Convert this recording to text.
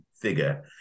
figure